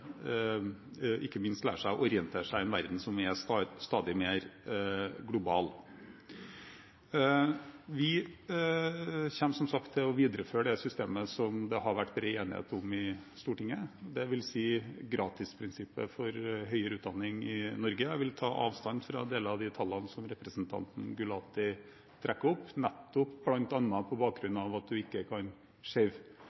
å orientere seg på i en verden som er stadig mer global. Vi kommer som sagt til å videreføre det systemet som det har vært bred enighet om i Stortinget – dvs. gratisprinsippet for høyere utdanning i Norge. Jeg vil ta avstand fra deler av de tallene som representanten Gulati trekker opp, bl.a. på